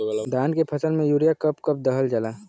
धान के फसल में यूरिया कब कब दहल जाला?